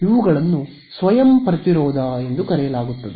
ಇವುಗಳನ್ನು ಸ್ವಯಂ ಪ್ರತಿರೋಧ ಎಂದು ಕರೆಯಲಾಗುತ್ತದೆ